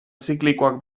ziklikoak